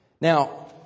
Now